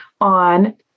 on